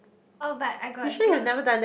oh but I got do